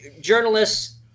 journalists